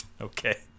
Okay